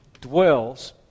dwells